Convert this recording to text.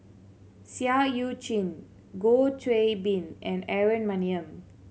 Seah Eu Chin Goh Qiu Bin and Aaron Maniam